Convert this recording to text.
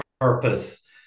purpose